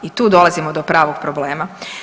I tu dolazimo do pravog problema.